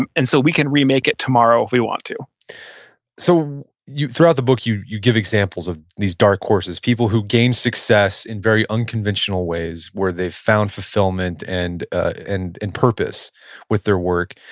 and and so we can remake it tomorrow if we want to so throughout the book you you give examples of these dark horses, people who gained success in very unconventional ways where they've found fulfillment and and and purpose with their work.